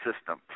system